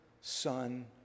Son